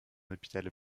hôpital